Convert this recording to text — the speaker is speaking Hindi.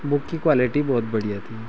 बुक की क्वालिटी बहुत बढ़िया थी